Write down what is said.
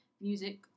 Music